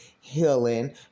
healing